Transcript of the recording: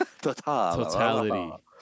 Totality